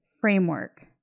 framework